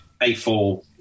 A4